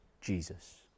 Jesus